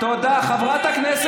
היא מגדלת רובוטים.